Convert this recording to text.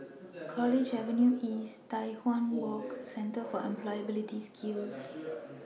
College Avenue East Tai Hwan Walk and Centre For Employability Skills